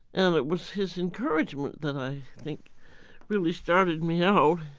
and um it was his encouragement that i think really started me out.